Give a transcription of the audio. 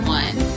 one